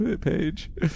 page